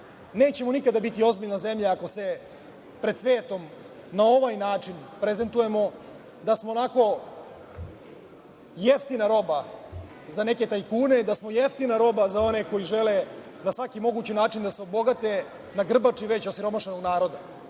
Nećemo nikada biti ozbiljna zemlja ako se pred svetom, na ovaj način, prezentujemo, da smo jeftina roba za neke tajkune, da smo jeftina roba za one koji žele na svaki mogući način da se obogate na grbači već osiromašenog naroda.